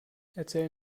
erzähl